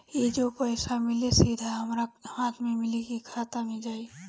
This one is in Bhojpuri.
ई जो पइसा मिली सीधा हमरा हाथ में मिली कि खाता में जाई?